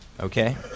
okay